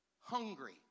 Hungry